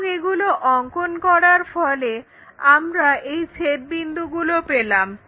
এবং এগুলো অঙ্কন করার ফলে আমরা এই ছেদবিন্দুগুলো পেলাম